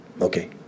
okay